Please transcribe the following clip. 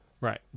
Right